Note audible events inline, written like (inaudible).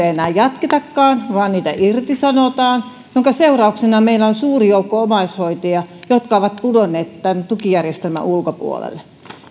(unintelligible) ei enää jatketakaan vaan niitä irtisanotaan minkä seurauksena meillä on suuri joukko omaishoitajia jotka ovat pudonneet tämän tukijärjestelmän ulkopuolelle